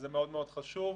זה מאוד מאוד חשוב.